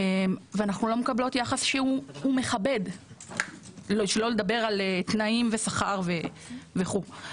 ואנחנו לא מקבלות יחס מכבד; שלא לדבר על תנאים ושכר וכולי.